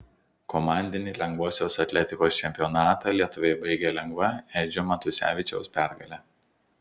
komandinį lengvosios atletikos čempionatą lietuviai baigė lengva edžio matusevičiaus pergale